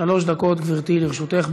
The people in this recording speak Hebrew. שלוש דקות, גברתי, לרשותך.